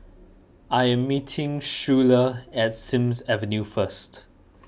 I am meeting Schuyler at Sims Avenue first